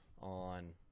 on